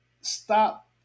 stop